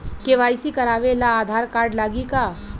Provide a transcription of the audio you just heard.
KYC करावे ला Aadhaar card लागी का?